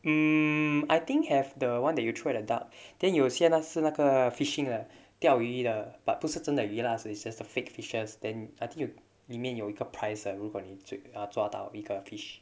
mm I think have the one that you throw at the duck then 有些是那个 fishing 的钓鱼的 but 不是真的鱼 lah so it's just the fake fishes then I think 有里面有一个 prize 的如果你抓到一个 fish